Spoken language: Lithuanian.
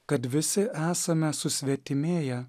kad visi esame susvetimėję